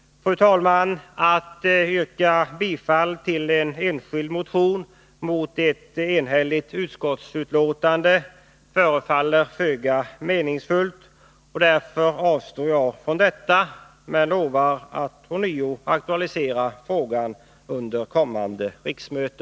Fru talman! Att yrka bifall till en enskild motion mot ett enhälligt utskott förefaller föga meningsfullt, och därför avstår jag från detta, men lovar att aktualisera frågan under kommande riksmöte.